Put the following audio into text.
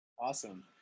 Awesome